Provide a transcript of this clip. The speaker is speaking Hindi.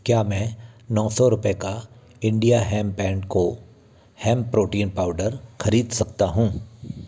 क्या मैं नौ सौ रुपये का India hemp and co hemp protein powder ख़रीद सकता हूँ